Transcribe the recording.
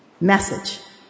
Message